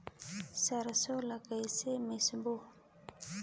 सरसो ला कइसे मिसबो?